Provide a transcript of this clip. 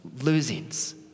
losings